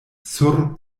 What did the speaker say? sur